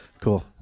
Cool